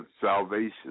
salvation